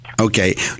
Okay